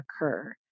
occur